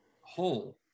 whole